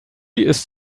ist